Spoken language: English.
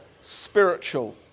spiritual